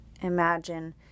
Imagine